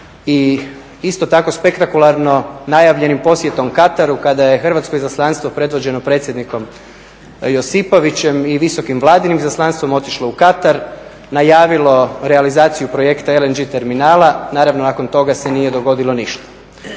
i isto tako spektakularno najavljenim posjetom Kataru kada je Hrvatsko izaslanstvo predvođeno predsjednikom Josipovićem i visokim Vladinim izaslanstvom otišlo u Katar, najavilo realizaciju projekta LNG terminala, naravno nakon toga se nije dogodilo ništa.